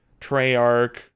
Treyarch